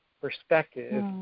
perspective